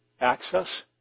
access